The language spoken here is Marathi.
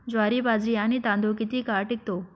ज्वारी, बाजरी आणि तांदूळ किती काळ टिकतो?